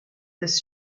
this